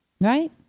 right